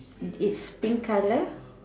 it's pink color